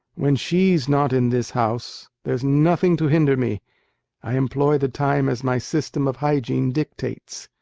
when she's not in this house, there's nothing to hinder me i employ the time as my system of hygiene dictates.